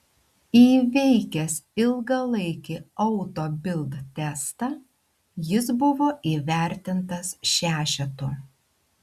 įveikęs ilgalaikį auto bild testą jis buvo įvertintas šešetu